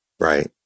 Right